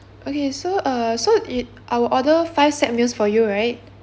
okay so uh so it I will order five set meals for you right